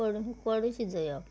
कोडू कोडू शिजयप